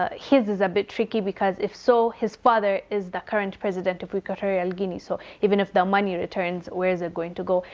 ah his is a bit tricky because if so, his father is the current president of equatorial guinea. so even if the money returns, where is it going to go?